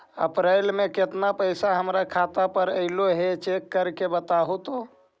अप्रैल में केतना पैसा हमर खाता पर अएलो है चेक कर के बताहू तो?